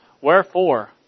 Wherefore